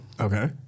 Okay